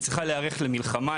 היא צריכה להיערך למלחמה,